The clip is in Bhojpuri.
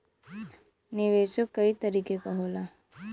निवेशो कई तरीके क होला